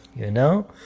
you know.